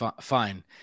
Fine